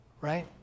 Right